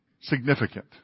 Significant